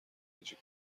هجی